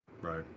right